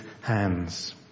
hands